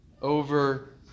over